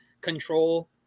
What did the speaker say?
control